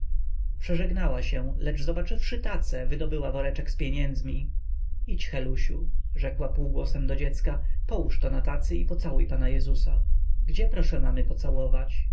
skargą przeżegnała się lecz zobaczywszy tacę wydobyła woreczek z pieniędzmi idź helusiu rzekła półgłosem do dziecka połóż to na tacy i pocałuj pana jezusa gdzie proszę mamy pocałować